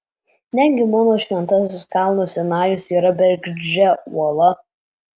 negi mano šventasis kalnas sinajus yra bergždžia uola